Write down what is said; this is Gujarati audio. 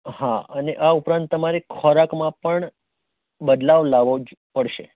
હા અને આ ઉપરાંત તમારે ખોરાકમાં પણ બદલાવ લાવવો જ પડશે